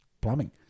plumbing